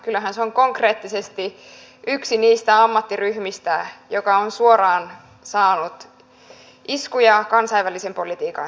kyllähän se on konkreettisesti yksi niistä ammattiryhmistä joka on suoraan saanut iskuja kansainvälisen politiikan seurauksena